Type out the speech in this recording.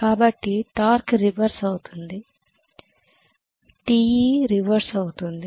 కాబట్టి torque reverse అవుతుంది Te reverse అవుతుంది